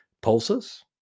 pulses